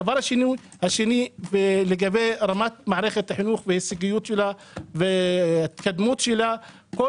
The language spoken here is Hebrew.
הדבר השני הוא לגבי רמת מערכת החינוך וההישגיות שלה וההתקדמות שלה.